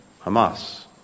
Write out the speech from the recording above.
Hamas